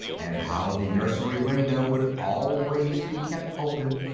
and how the nursery window would always be kept open,